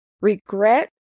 regret